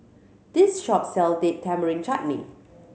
this shop sell Date Tamarind Chutney